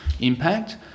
impact